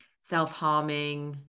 self-harming